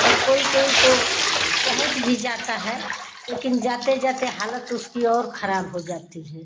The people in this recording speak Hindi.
और कोई कोई तो पहुँच भी जाता है लेकिन जाते जाते हालत उसकी और खराब हो जाती है